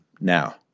now